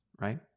right